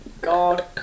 God